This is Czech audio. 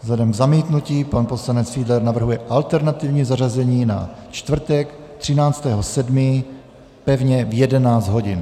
Vzhledem k zamítnutí pan poslanec Fiedler navrhuje alternativní zařazení na čtvrtek 13. 7. pevně v 11 hodin.